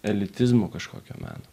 elitizmo kažkokio meno